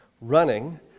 running